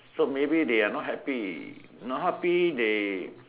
so maybe they're not happy not happy they